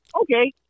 okay